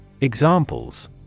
Examples